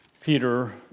Peter